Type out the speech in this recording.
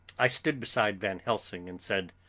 i stood beside van helsing, and said